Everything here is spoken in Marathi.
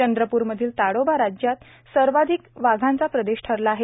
चंद्रप्रमधील ताडोबा राज्यात सर्वाधिक वाघांचा प्रदेश ठरला आहे